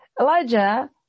Elijah